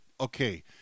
okay